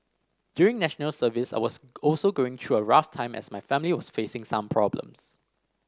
during National Service I was also going through a rough time as my family was facing some problems